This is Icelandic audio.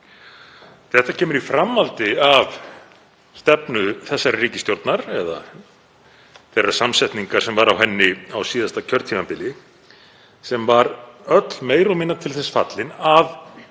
Þetta kemur í framhaldi af stefnu þessarar ríkisstjórnar, eða þeirrar samsetningar sem var á henni á síðasta kjörtímabili, sem var öll meira og minna til þess fallin að